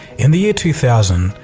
in the year two thousand,